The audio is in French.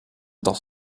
dans